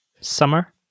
summer